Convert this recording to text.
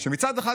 מצד אחד,